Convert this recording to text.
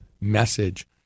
message